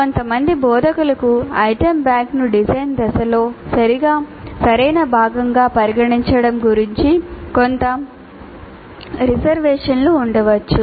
కొంతమంది బోధకులకు ఐటమ్ బ్యాంక్ను డిజైన్ దశలో సరైన భాగంగా పరిగణించడం గురించి కొంత రిజర్వేషన్లు ఉండవచ్చు